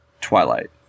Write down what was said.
twilight